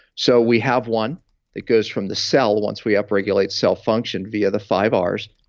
so we have one that goes from the cell, once we upregulate cell function via the five um rs,